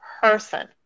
person